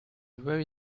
very